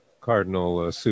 Cardinal